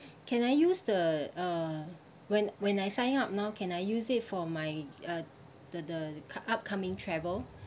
can I use the uh when when I sign up now can I use it for my uh the the upcoming travel